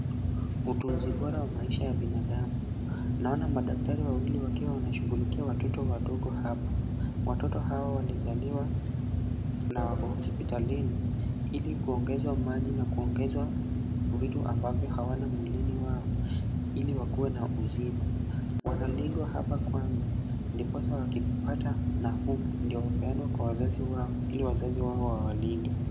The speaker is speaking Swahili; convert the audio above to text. Utunzi bora wa maisha ya binadamu. Naona madaktari wawili wakiwa wanashughulikia watoto wadogo hapa. Watoto hawa walizaliwa na wako hospitalini ili kuongezwa maji na kuongezwa vitu ambavyo hawana mwilini wao. Ili wakuwe na uzima. Wanalindwa hapa kwanza, ndiposa wakipata nafuu ndio hupeanwa kwa wazazi wao ili wazazi wao wawalinde.